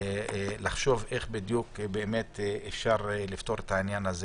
לחשוב איך בדיוק באמת אפשר לפתור את העניין הזה